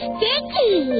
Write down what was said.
Sticky